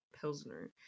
Pilsner